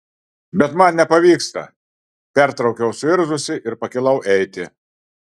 bet man nepavyksta pertraukiau suirzusi ir pakilau eiti